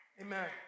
Amen